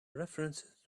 references